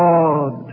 God